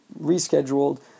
rescheduled